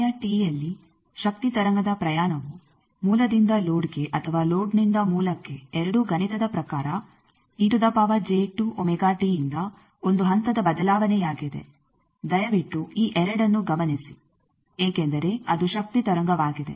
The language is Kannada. ಸಮಯ ಯಲ್ಲಿ ಶಕ್ತಿ ತರಂಗದ ಪ್ರಯಾಣವು ಮೂಲದಿಂದ ಲೋಡ್ಗೆ ಅಥವಾ ಲೋಡ್ನಿಂದ ಮೂಲಕ್ಕೆ ಎರಡೂ ಗಣಿತದ ಪ್ರಕಾರ ಇಂದ ಒಂದು ಹಂತದ ಬದಲಾವಣೆಯಾಗಿದೆ ದಯವಿಟ್ಟು ಈ 2 ಅನ್ನು ಗಮನಿಸಿ ಏಕೆಂದರೆ ಅದು ಶಕ್ತಿ ತರಂಗವಾಗಿದೆ